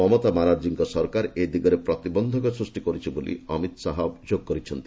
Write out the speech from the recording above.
ମମତା ବାନାର୍ଜୀଙ୍କ ସରକାର ଏ ଦିଗରେ ପ୍ରତିବନ୍ଧକ ସୃଷ୍ଟି କର୍ତ୍ଥି ବୋଲି ଅମିତ ଶାହା ଅଭିଯୋଗ କରିଛନ୍ତି